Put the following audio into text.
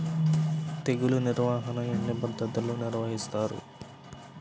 తెగులు నిర్వాహణ ఎన్ని పద్ధతుల్లో నిర్వహిస్తారు?